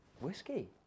Whiskey